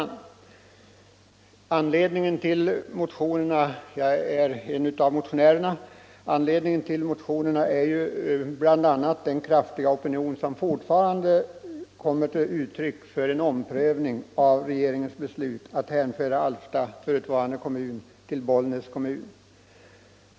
En av anledningarna till motionerna — jag är en av motionärerna — är den kraftiga opinion som fortfarande kommer till uttryck för en omprövning av regeringens beslut att hänföra Alfta förutvarande kommun till Bollnäs kommun.